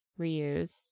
reuse